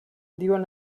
diuen